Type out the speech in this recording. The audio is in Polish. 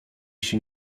się